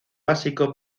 básico